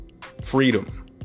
freedom